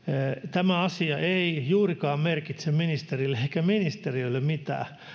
tämä asia ei juurikaan merkitse ministerille eikä ministeriölle mitään